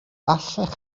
allech